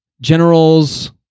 generals